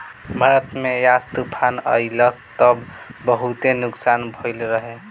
भारत में यास तूफ़ान अइलस त बहुते नुकसान भइल रहे